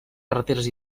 carreteres